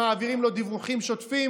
הם מעבירים לו דיווחים שוטפים,